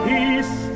Peace